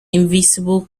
invisible